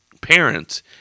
parents